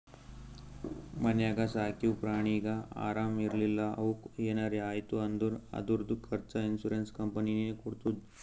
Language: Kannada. ಮನ್ಯಾಗ ಸಾಕಿವ್ ಪ್ರಾಣಿಗ ಆರಾಮ್ ಇರ್ಲಿಲ್ಲಾ ಅವುಕ್ ಏನರೆ ಆಯ್ತ್ ಅಂದುರ್ ಅದುರ್ದು ಖರ್ಚಾ ಇನ್ಸೂರೆನ್ಸ್ ಕಂಪನಿನೇ ಕೊಡ್ತುದ್